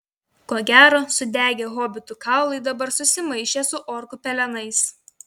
ko gero sudegę hobitų kaulai dabar susimaišė su orkų pelenais